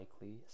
likely